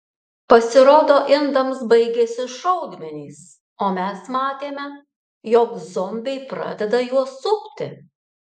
pasirodo indams baigėsi šaudmenys o mes matėme jog zombiai pradeda juos supti